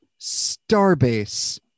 starbase